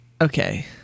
Okay